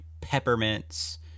peppermints